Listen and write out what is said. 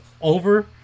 over